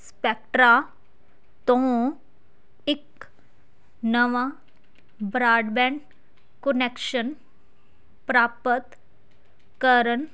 Spectra ਤੋਂ ਇੱਕ ਨਵਾਂ ਬ੍ਰਾਡਬੈਂਡ ਕੁਨੈਕਸ਼ਨ ਪ੍ਰਾਪਤ ਕਰਨ